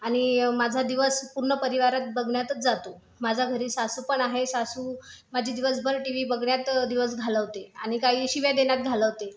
आणि माझा दिवस पूर्ण परिवारात बघण्यातच जातो माझा घरी सासू पण आहे सासू माझी दिवसभर टी व्ही बघण्यात दिवस घालवते आणि काही शिव्या देण्यात घालवते